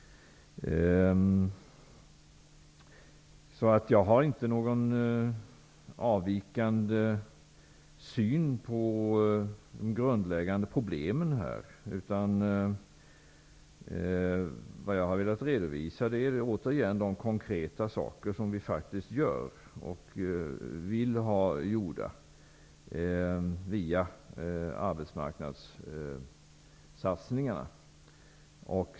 Jag har inte någon avvikande syn på de grundläggande problemen. Jag har velat redovisa de konkreta saker som vi faktiskt gör och vill ha gjorda via arbetsmarknadssatsningarna.